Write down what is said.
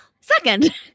second